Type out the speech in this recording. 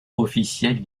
officielle